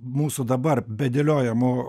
mūsų dabar bedėliojamo